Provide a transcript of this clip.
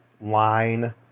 line